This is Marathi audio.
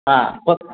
हां ब